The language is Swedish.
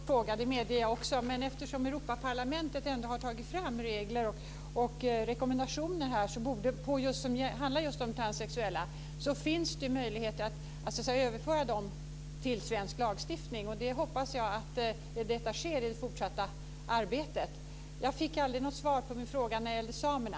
Herr talman! Detta är en svår fråga - det medger jag också. Men eftersom Europaparlamentet ändå har tagit fram regler och rekommendationer som handlar just om transsexuella så finns det möjlighet att överföra dem till svensk lagstiftning. Jag hoppas att detta också sker i det fortsatta arbetet. Jag fick aldrig något svar på min fråga om samerna.